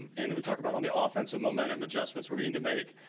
and we talk about on the offensive momentum, adjustments we we need to make.